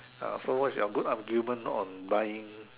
uh so what is your good argument on buying